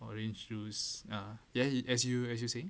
orange juice ah yes you as you as you saying